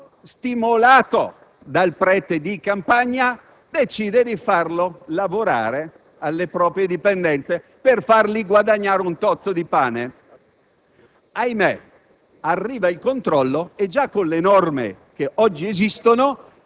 mosso da *pietas* cristiana, chiede ad un contadino se può provvisoriamente farsi carico di un disperato che si trova clandestinamente sul territorio italiano.